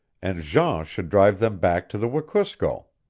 and jean should drive them back to the wekusko.